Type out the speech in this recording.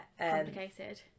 complicated